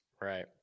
right